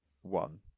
one